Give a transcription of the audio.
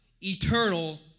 eternal